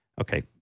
Okay